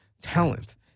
talent